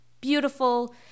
beautiful